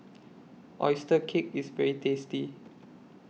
Oyster Cake IS very tasty